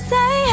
Say